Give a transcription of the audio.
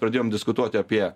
pradėjom diskutuoti apie